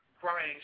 Crying